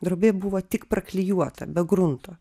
drobė buvo tik praklijuota be grunto